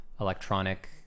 electronic